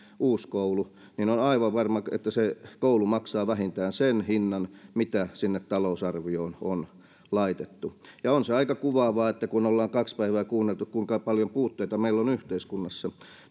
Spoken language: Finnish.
uusi koulu niin on aivan varma että se koulu maksaa vähintään sen hinnan mitä sinne talousarvioon on laitettu ja on se aika kuvaavaa että kun ollaan kaksi päivää kuunneltu kuinka paljon puutteita meillä on yhteiskunnassa